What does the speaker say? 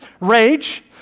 rage